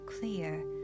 clear